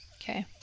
Okay